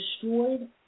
Destroyed